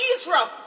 Israel